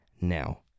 Now